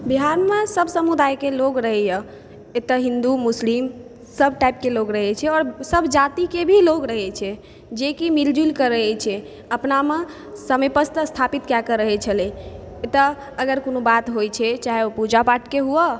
बिहारमे सभ समुदायके लोग रहैयऽ एतऽ हिन्दू मुस्लिम सभ टाइपके लोग रहै छै आओर सभ जातिके भी लोग रहै छै जेकि मिलजुलि कऽ रहै छै अपनामे समन्वय स्थापित कए कऽ रहै छलै एतऽ अगर कोनो बात होइ छै चाहे ओ पूजा पाठके हुअ